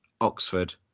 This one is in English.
Oxford